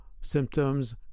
symptoms